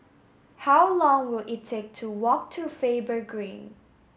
how long will it take to walk to Faber Green